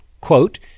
quote